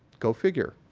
go figure.